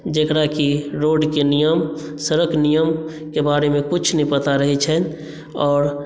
जेकरा कि रोड के नियम सड़क नियमके बारेमे किछु नहि पता रहैत छनि आओर